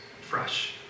fresh